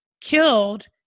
killed